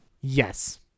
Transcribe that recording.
Yes